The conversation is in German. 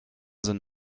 sind